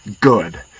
good